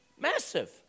Massive